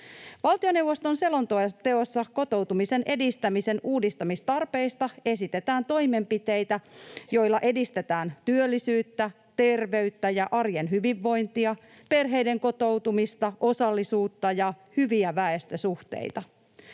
Valtioneuvoston selonteossa kotoutumisen edistämisen uudistamistarpeista esitetään toimenpiteitä, joilla edistetään työllisyyttä, terveyttä ja arjen hyvinvointia, perheiden kotoutumista, osallisuutta ja hyviä väestösuhteita.